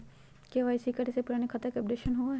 KYC करें से पुराने खाता के अपडेशन होवेई?